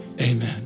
amen